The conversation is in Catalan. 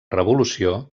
revolució